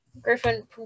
griffin